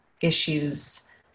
issues